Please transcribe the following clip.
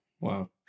wow